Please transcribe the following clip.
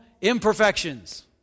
imperfections